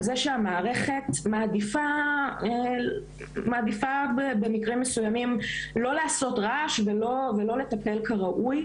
זה שהמערכת מעדיפה במקרים מסוימים לא לעשות רעש ולא לטפל כראוי,